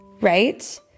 right